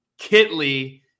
Kitley